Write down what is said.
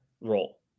role